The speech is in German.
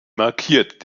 markiert